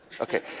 Okay